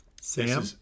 Sam